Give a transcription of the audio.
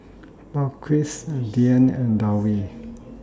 Balqis Dian and Dewi